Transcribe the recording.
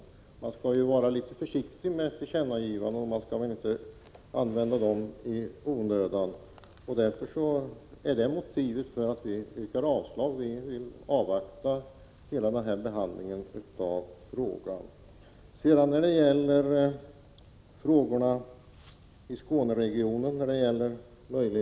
Sådana skall man vara försiktig med och inte göra i onödan. Det är motivet till att vi yrkar avslag på förslaget att riksdagen som sin mening ger regeringen till känna vad som anförts i motionen om en s.k. frizon vid Arlanda. Vi vill avvakta behandlingen av frågan.